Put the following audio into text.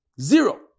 Zero